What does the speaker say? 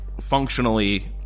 functionally